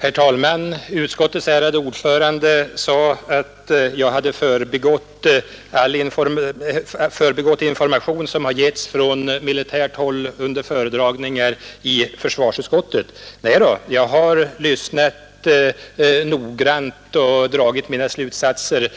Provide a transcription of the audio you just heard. Herr talman! Utskottets ärade ordförande sade att jag hade förbigått information som har getts från militärt håll under föredragningar i försvarsutskottet. Nej då, jag har lyssnat noggrant och dragit mina slutsatser